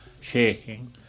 shaking